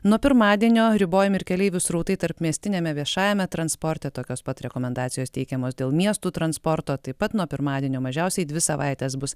nuo pirmadienio ribojami ir keleivių srautai tarpmiestiniame viešajame transporte tokios pat rekomendacijos teikiamos dėl miestų transporto taip pat nuo pirmadienio mažiausiai dvi savaites bus